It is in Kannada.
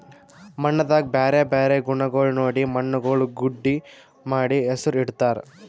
ಮಣ್ಣದಾಗ್ ಬ್ಯಾರೆ ಬ್ಯಾರೆ ಗುಣಗೊಳ್ ನೋಡಿ ಮಣ್ಣುಗೊಳ್ ಗುಡ್ಡಿ ಮಾಡಿ ಹೆಸುರ್ ಇಡತ್ತಾರ್